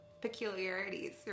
peculiarities